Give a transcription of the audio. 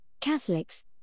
Catholics